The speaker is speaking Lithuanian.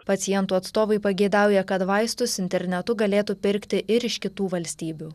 pacientų atstovai pageidauja kad vaistus internetu galėtų pirkti ir iš kitų valstybių